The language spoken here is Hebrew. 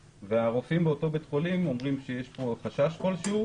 והרופאים באותו בית חולים אומרים שיש פה חשש כלשהו